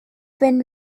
wenn